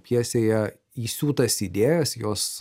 pjesėje įsiūtas idėjas jos